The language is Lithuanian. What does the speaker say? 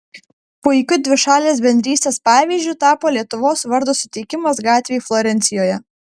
puikiu dvišalės bendrystės pavyzdžiu tapo lietuvos vardo suteikimas gatvei florencijoje